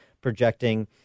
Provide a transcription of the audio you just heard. projecting